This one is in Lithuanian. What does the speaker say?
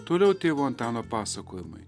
toliau tėvo antano pasakojimai